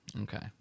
Okay